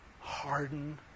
harden